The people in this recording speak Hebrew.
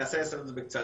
אנסה לעשות את זה בקצרה,